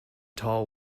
tall